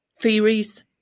theories